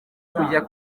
kujya